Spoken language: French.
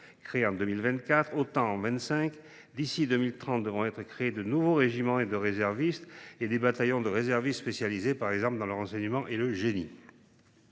créés en 2024 et six autres suivront en 2025. D’ici à 2030 devront être créés de nouveaux régiments de réservistes et des bataillons de réservistes spécialisés, par exemple dans le renseignement et le génie.